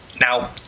Now